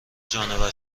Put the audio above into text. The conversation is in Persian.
جانور